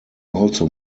also